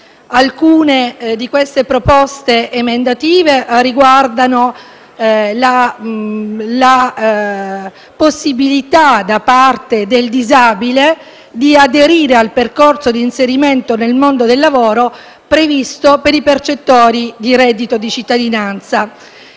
Alcune di queste proposte emendative riguardano la possibilità, per il disabile, di aderire al percorso di inserimento nel mondo del lavoro previsto per i percettori di reddito di cittadinanza